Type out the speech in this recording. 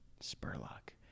Spurlock